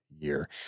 year